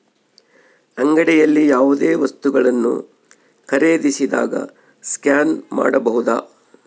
ಅಂಗಡಿಯಲ್ಲಿ ಯಾವುದೇ ವಸ್ತುಗಳನ್ನು ಖರೇದಿಸಿದಾಗ ಸ್ಕ್ಯಾನ್ ಮಾಡಬಹುದಾ?